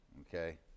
okay